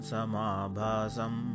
Samabhasam